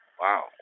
Wow